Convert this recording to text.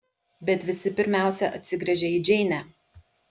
bet visi pirmiausia atsigręžia į džeinę